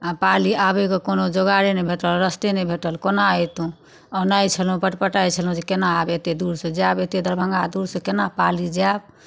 आ पाली आबयके कोनो जुगाड़े नहि भेटल रास्ते नहि भेटल कोना अयतहुँ औँनाइत छलहुँ पटपटाइत छलहुँ जे केना आब एतेक दूरसँ जायब दरभंगा दूरसँ केना पाली जायब